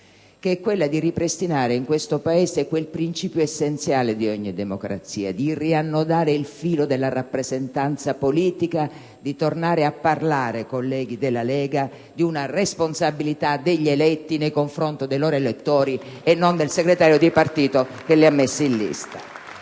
l'esigenza di ripristinare in questo Paese quel principio essenziale di ogni democrazia, di riannodare il filo della rappresentanza politica e di tornare a parlare, colleghi della Lega Nord, di una responsabilità degli eletti nei confronti dei loro elettori e non del segretario di partito che li ha messi in lista.